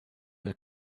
your